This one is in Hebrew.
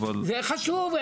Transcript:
חשוב.